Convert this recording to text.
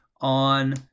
on